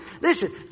Listen